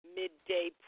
midday